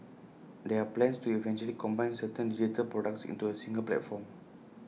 there are plans to eventually combine certain digital products into A single platform